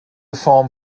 form